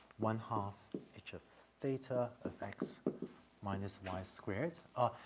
one-half h of theta of x minus y squared. ah,